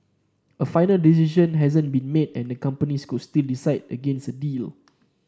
a final decision hasn't been made and the companies could still decide against a deal